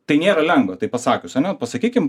tai nėra lengva tai pasakius ane pasakykim